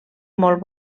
molt